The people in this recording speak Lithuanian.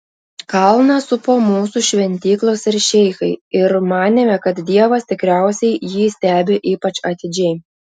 kalną supo mūsų šventyklos ir šeichai ir manėme kad dievas tikriausiai jį stebi ypač atidžiai